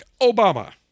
Obama